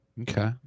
Okay